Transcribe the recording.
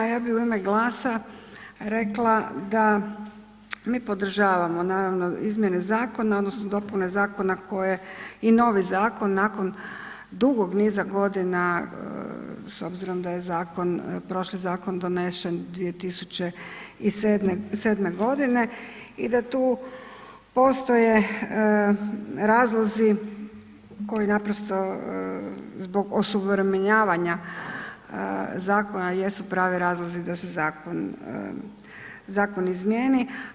Ja bih u ime GLAS-a rekla da mi podržavamo izmijene zakona odnosno dopune zakona i novi zakon nakon dugog niza godina s obzirom da je prošli zakon donesen 2007. godine i da tu postoje razlozi koji naprosto zbog osuvremenjivanja zakona jesu pravi razlozi da se zakoni izmijeni.